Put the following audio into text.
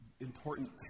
important